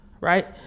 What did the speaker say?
right